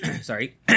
Sorry